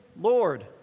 Lord